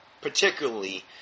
particularly